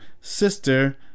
Sister